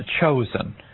chosen